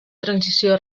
transició